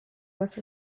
was